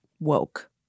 woke